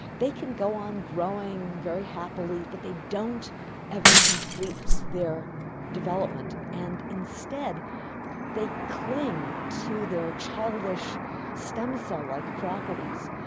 they can go on growing very happily but they don't ever complete their development, and instead they cling to their childish stem cell like properties,